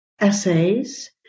essays